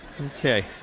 Okay